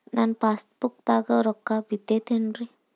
ನನ್ನ ಪಾಸ್ ಪುಸ್ತಕದಾಗ ರೊಕ್ಕ ಬಿದ್ದೈತೇನ್ರಿ?